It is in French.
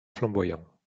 flamboyant